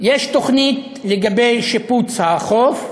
יש תוכנית לגבי שיפוץ החוף ופיתוחו,